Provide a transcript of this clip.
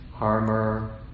armor